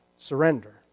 Surrender